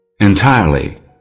entirely